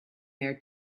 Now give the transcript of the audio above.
there